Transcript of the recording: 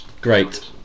Great